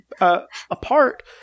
apart